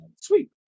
Sweet